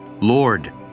Lord